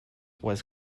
was